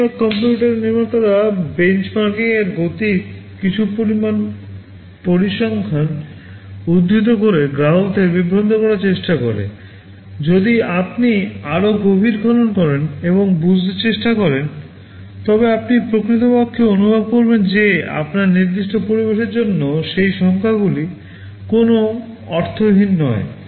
বেশিরভাগ কম্পিউটার নির্মাতারা বেঞ্চমার্কিং এবং গতির প্রতি কিছু পরিসংখ্যান উদ্ধৃত করে গ্রাহকদের বিভ্রান্ত করার চেষ্টা করে যদি আপনি আরও গভীর খনন করেন এবং বুঝতে চেষ্টা করেন তবে আপনি প্রকৃতপক্ষে অনুভব করবেন যে আপনার নির্দিষ্ট পরিবেশের জন্য সেই সংখ্যাগুলি কোনও অর্থহীন নয়